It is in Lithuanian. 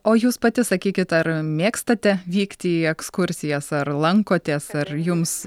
o jūs pati sakykit ar mėgstate vykti į ekskursijas ar lankotės ar jums